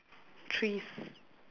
trees